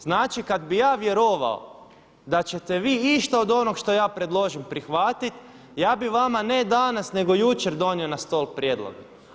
Znači kad bih ja vjerovao da ćete vi išta od onog što ja predložim prihvatit ja bih vama ne danas nego jučer donio na stol prijedlog.